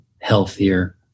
healthier